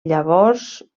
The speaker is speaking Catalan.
llavors